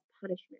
punishment